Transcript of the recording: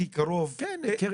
הכי קרוב --- כן,